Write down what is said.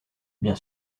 bien